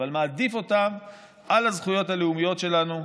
על הזכויות הלאומיות שלנו,